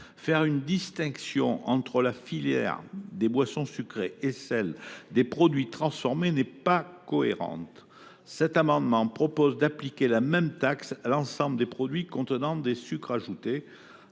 Faire une distinction entre la filière des boissons sucrées et celle des produits transformés n’est pas cohérent. C’est pourquoi cet amendement vise à appliquer la même taxe à l’ensemble des produits contenant des sucres ajoutés.